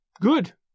Good